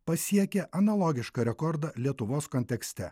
pasiekė analogišką rekordą lietuvos kontekste